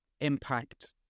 impact